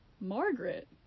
Margaret